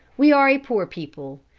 we are a poor people.